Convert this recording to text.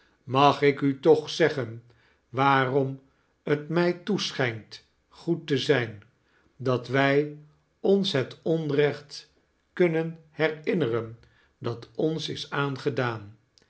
mag ik u toch zeggen waarom t mij toeschijnt goed te zijn dat wij ons het onrecht kunnen herinioeren dat ons is aangedaan